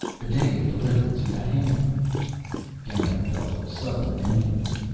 the day of deliverance is at hand garin felt a sudden emptiness.